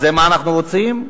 זה מה שאנחנו רוצים?